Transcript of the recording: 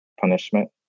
punishment